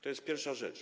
To jest pierwsza rzecz.